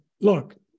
look